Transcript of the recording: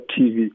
TV